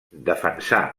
defensà